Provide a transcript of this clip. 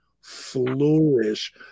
flourish